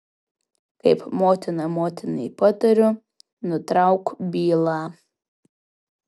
kaip motina motinai patariu nutrauk bylą